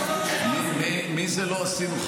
מי זה לא עשינו?